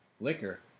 liquor